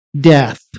death